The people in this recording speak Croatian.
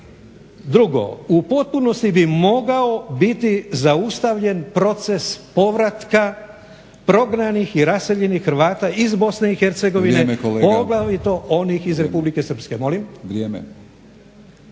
Drugo, u potpunosti bi mogao biti zaustavljen proces povratka prognanih i raseljenih Hrvata iz Bosne i Hercegovine … …/Upadica Batinić: Vrijeme